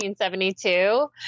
1972